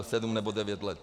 Sedm nebo devět let.